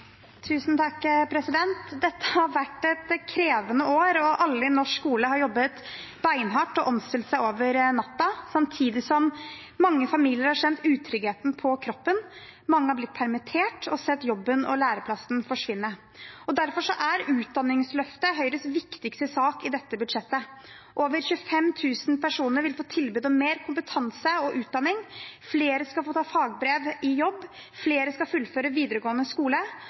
Dette har vært et krevende år, og alle i norsk skole har jobbet beinhardt og omstilt seg over natten, samtidig som mange familier har kjent utryggheten på kroppen. Mange har blitt permittert og sett jobben og læreplassen forsvinne. Derfor er utdanningsløftet Høyres viktigste sak i dette budsjettet. Over 25 000 personer vil få tilbud om mer kompetanse og utdanning, flere skal få ta fagbrev i jobb, flere skal fullføre videregående skole,